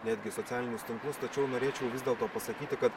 netgi socialinius tinklus tačiau norėčiau vis dėlto pasakyti kad